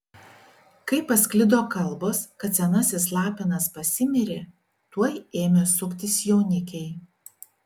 kai pasklido kalbos kad senasis lapinas pasimirė tuoj ėmė suktis jaunikiai